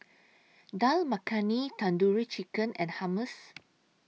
Dal Makhani Tandoori Chicken and Hummus